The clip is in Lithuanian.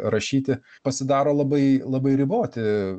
rašyti pasidaro labai labai riboti